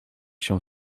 się